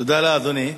תודה לאדוני.